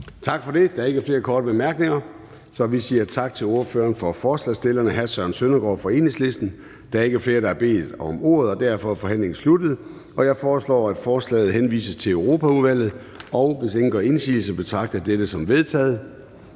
Tak for det. Der er ikke flere korte bemærkninger. Så vi siger tak til ordføreren for forslagsstillerne, hr. Søren Søndergaard fra Enhedslisten. Der er ikke flere, der har bedt om ordet, og derfor er forhandlingen sluttet. Jeg foreslår, at forslaget til folketingsbeslutning henvises til Europaudvalget, og hvis ingen gør indsigelse, betragter jeg dette som vedtaget.